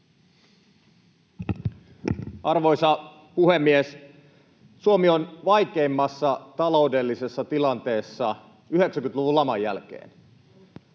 Arvoisa puhemies! Suomi on vaikeimmassa taloudellisessa tilanteessa 90-luvun laman jälkeen.